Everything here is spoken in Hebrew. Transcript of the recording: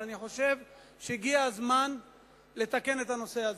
אבל אני חושב שהגיע הזמן לתקן את הנושא הזה.